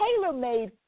tailor-made